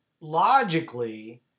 logically